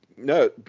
no